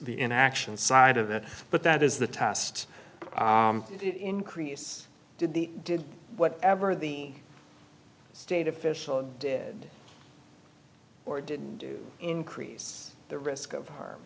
the in action side of it but that is the test increase did the did whatever the state official did or didn't do increase the risk of h